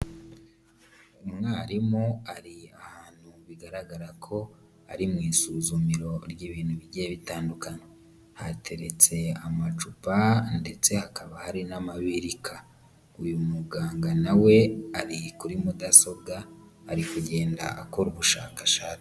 Umwarimu ari ahantu bigaragara ko ari mu isuzumero ry'ibintu bigiye bitandukanye, hateretse amacupa ndetse hakaba hari n'amabirika, uyu muganga nawe ari kuri mudasobwa ari kugenda akora ubushakashatsi.